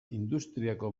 industriako